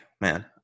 man